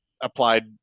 applied